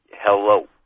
Hello